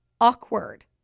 awkward